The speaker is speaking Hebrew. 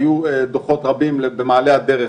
היו דוחות רבים במעלה הדרך,